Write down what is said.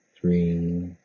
three